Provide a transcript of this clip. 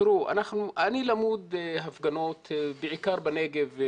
אני למוד הפגנות בעיקר בנגב,